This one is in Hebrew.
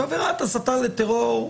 שעבירת הסתה לטרור,